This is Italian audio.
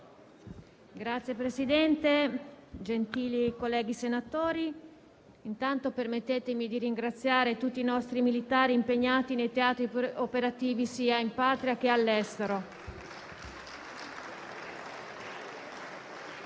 Signor Presidente, gentili colleghi senatori, permettetemi di ringraziare tutti i nostri militari impegnati nei teatri operativi sia in patria sia all'estero.